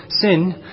sin